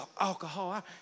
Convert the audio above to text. alcohol